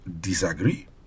disagree